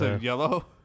yellow